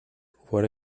voilà